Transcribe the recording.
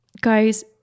Guys